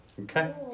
Okay